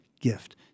gift